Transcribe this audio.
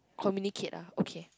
communicate ah okay